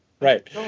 Right